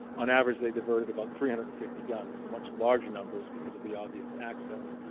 on average, they diverted about three hundred and fifty guns, so much larger numbers because of the obvious access.